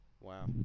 Wow